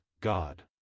God